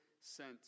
sent